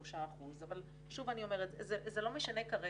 26.3%, אבל שוב אני אומרת, זה לא משנה כרגע.